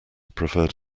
preferred